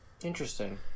interesting